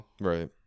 right